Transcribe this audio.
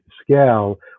scale